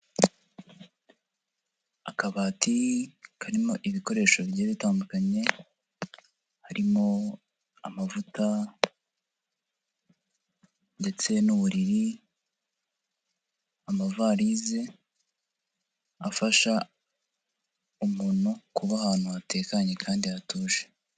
Akabati karimo ibikoresho bigiye bitandukanye, harimo amavuta ndetse n'uburiri, amavarisi afasha umuntu kuba ahantu hatekanye kandi hatuje.